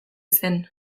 zen